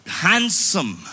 handsome